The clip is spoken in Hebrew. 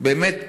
באמת,